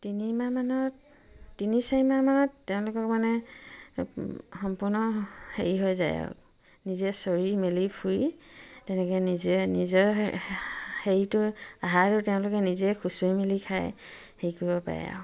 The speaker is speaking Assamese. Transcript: তিনিমাহমানত তিনি চাৰিমাহমানত তেওঁলোকক মানে সম্পূৰ্ণ হেৰি হৈ যায় আৰু নিজে চৰি মেলি ফুৰি তেনেকৈ নিজে নিজৰ হেৰিটো আহাৰটো তেওঁলোকে নিজে খুচুই মেলি খায় হেৰি কৰিব পাৰে আৰু